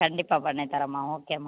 கண்டிப்பாக பண்ணித் தரேம்மா ஓகேம்மா